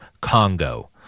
Congo